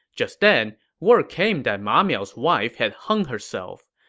just then, word came that ma miao's wife had hung herself.